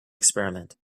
experiment